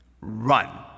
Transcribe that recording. run